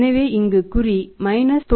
எனவே இங்கே குறி மைனஸ் 91